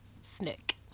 snick